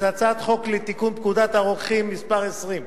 והסעיף הבא בסדר-היום הוא הצעת חוק לתיקון פקודת הרוקחים (מס' 20),